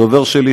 הדובר שלי,